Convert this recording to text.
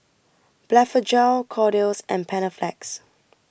Blephagel Kordel's and Panaflex